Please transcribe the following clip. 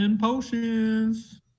Potions